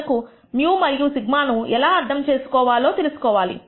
మనకు μ మరియు σ ను ఎలా అర్థం చేసుకోవాలో తెలుసుకోవాలి